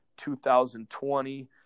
2020